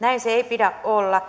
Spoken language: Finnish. näin sen ei pidä olla